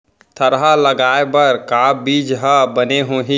थरहा लगाए बर का बीज हा बने होही?